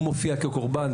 הוא מופיע כקורבן.